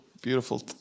Beautiful